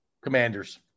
Commanders